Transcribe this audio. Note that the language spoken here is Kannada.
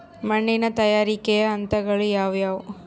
ಮಣ್ಣಿನ ತಯಾರಿಕೆಯ ಹಂತಗಳು ಯಾವುವು?